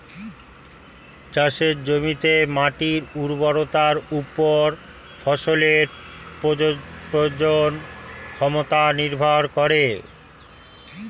চাষের জমিতে মাটির উর্বরতার উপর ফসলের প্রজনন ক্ষমতা নির্ভর করে